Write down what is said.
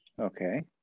Okay